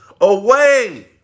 away